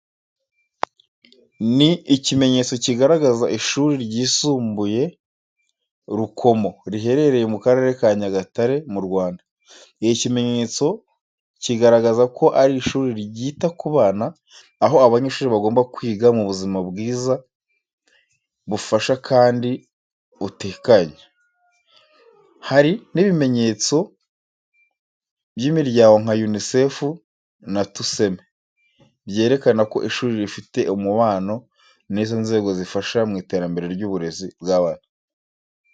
Ni ikimenyetso kigaragaza ishuri ryisumbuye rukomo riherereye mu karere ka Nyagatare mu Rwanda. Iki kimenyetso kigaragaza ko ari ishuri ryita ku bana, aho abanyeshuri bagomba kwiga mu buzima bwiza bufasha kandi butekanye. Hari n'ibimenyetso by'imiryango nka UNICEF na TUSEME, byerekana ko ishuri rifite umubano n’izo nzego zifasha mu iterambere ry'uburezi bw'abana.